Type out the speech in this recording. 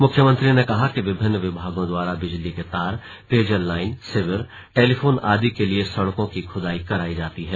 मुख्यमंत्री ने कहा कि विभिन्न विभागों द्वारा बिजली के तार पेयजल लाईन सीवर टेलीफोन आदि के लिए सड़कों की खुदाई करा दी जाती है